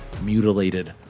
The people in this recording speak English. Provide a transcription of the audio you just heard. mutilated